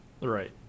right